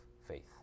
faith